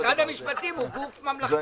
משרד המשפטים הוא גוף ממלכתי.